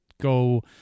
go